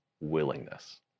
willingness